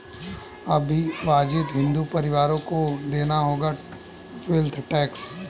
अविभाजित हिंदू परिवारों को देना होगा वेल्थ टैक्स